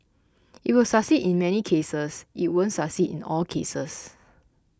it will succeed in many cases it won't succeed in all cases